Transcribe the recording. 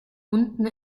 unten